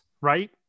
right